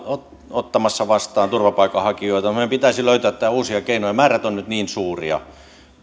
ottamassa vastaan turvapaikanhakijoita mutta meidän pitäisi löytää tähän uusia keinoja määrät ovat nyt niin suuria